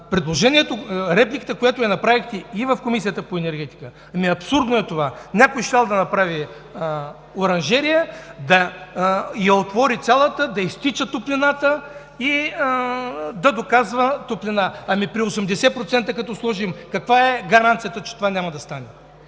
Предложението, репликата, която направихте и в Комисията по енергетика – ами, абсурдно е това. Някой щял да направи оранжерия, да я отвори цялата, да изтича топлината и да доказва топлина. Ами като сложим 80% каква е гаранцията, че това няма да стане?